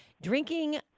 Drinking